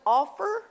offer